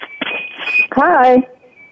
Hi